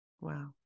Wow